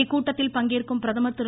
இக்கூட்டத்தில் பங்கேற்கும் பிரதமர் திரு